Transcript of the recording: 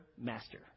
master